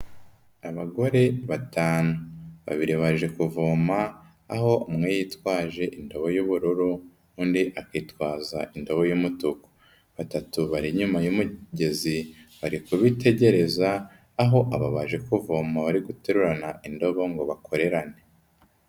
Abagore batanu, babiri baje kuvoma, aho umwe yitwaje indobo y'ubururu, undi akitwaza indobo y'umutuku, batatu bari inyuma y'umugezi, bari kubitegereza, aho aba baje kuvoma bari guterurana indobo ngo bakorerane.